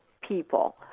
people